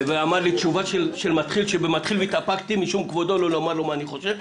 הוא אמר לי תשובה של מתחיל והתאפקתי משום כבודו לא לומר לו מה אני חושב,